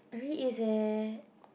very easy